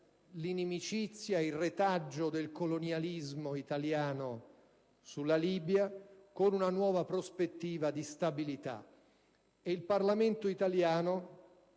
l'inimicizia e il retaggio del colonialismo italiano sulla Libia con una nuova prospettiva di stabilità. Il Parlamento italiano